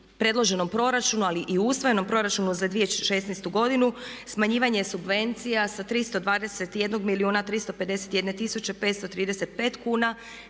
predloženom proračunu, ali i usvojenom proračunu za 2016. godinu, smanjivanje subvencija sa 321 milijuna 351 tisuće 535 kuna